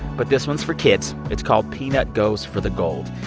but this one's for kids. it's called peanut goes for the gold.